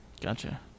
Gotcha